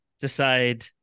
decide